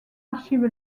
archive